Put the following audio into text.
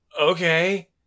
Okay